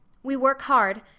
we work hard,